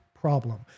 problem